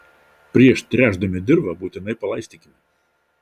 prieš tręšdami dirvą būtinai palaistykime